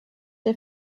der